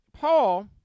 Paul